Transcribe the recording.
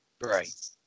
Right